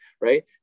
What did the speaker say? right